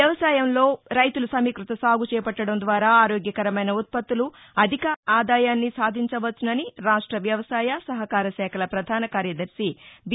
వ్యవసాయంలో రైతులు సమీక్బత సాగు చేపట్టడం ద్వారా ఆరోగ్యకరమైన ఉత్పత్తులు అధిక ఆదాయాన్ని సాధించవచ్చునని రాష్ట వ్యవసాయ సహకార శాఖల పధాన కార్యదర్శి బీ